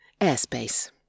airspace